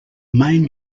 main